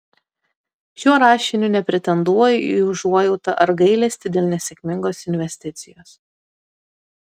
šiuo rašiniu nepretenduoju į užuojautą ar gailestį dėl nesėkmingos investicijos